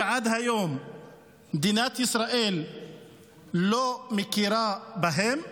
ועד היום מדינת ישראל לא מכירה בהם.